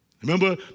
Remember